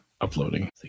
uploading